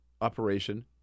operation